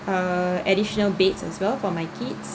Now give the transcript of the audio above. ah additional beds as well for my kids